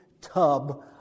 tub